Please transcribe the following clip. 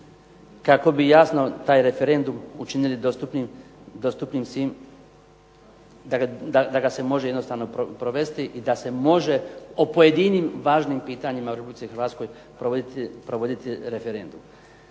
kako bi jasno taj referendum učinili dostupnim svim, da ga se može jednostavno provesti i da se može o pojedinim važnim pitanjima u Republici Hrvatskoj provoditi referendum.